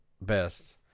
best